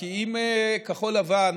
כי אם כחול לבן